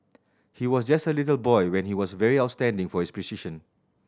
he was just a little boy when he was very outstanding for his precision